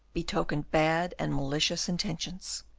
betokened bad and malicious intentions.